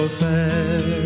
fair